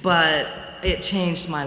but it changed my